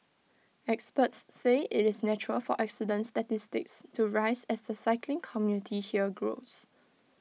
experts say IT is natural for accidents statistics to rise as the cycling community here grows